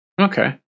Okay